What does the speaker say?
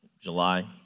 July